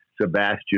Sebastian